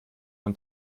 von